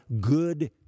good